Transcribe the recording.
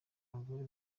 abagore